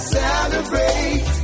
celebrate